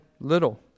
little